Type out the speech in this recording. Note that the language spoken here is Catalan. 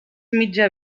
mitja